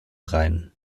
rein